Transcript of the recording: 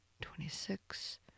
twenty-six